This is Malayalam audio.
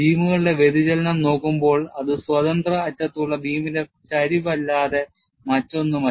ബീമുകളുടെ വ്യതിചലനം നോക്കുമ്പോൾ അത് സ്വതന്ത്ര അറ്റത്തുള്ള ബീമിന്റെ ചരിവല്ലാതെ മറ്റൊന്നുമല്ല